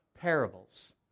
parables